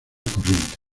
corriente